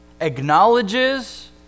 acknowledges